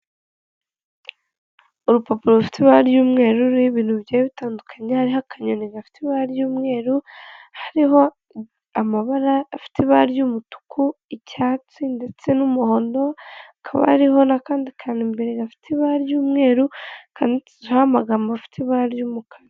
Urupapuro rufite ibara ry'umweru, ruriho ibintu bigiye bitandukanye, hariho akanyoni gafite ibara ry'umweru, hariho amabara afite ibara ry'umutuku, icyatsi ndetse n'umuhondo, hakaba hariho n'akandi kantu imbere gafite ibara ry'umweru, kandikishijweho amagambo afite ibara ry'umukara.